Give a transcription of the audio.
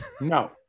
no